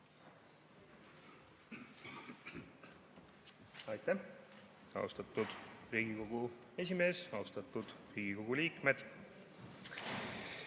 Aitäh, austatud Riigikogu esimees! Austatud Riigikogu liikmed!